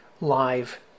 live